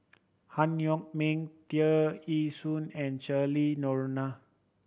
Han Yong May Tear Ee Soon and Cheryl Noronha